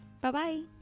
Bye-bye